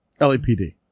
LAPD